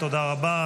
תודה רבה.